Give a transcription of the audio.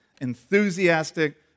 Enthusiastic